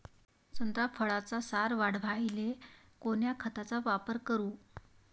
संत्रा फळाचा सार वाढवायले कोन्या खताचा वापर करू?